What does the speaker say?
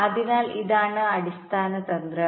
അതിനാൽ ഇതാണ് അടിസ്ഥാന തന്ത്രം